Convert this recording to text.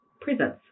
presents